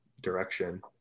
direction